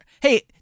Hey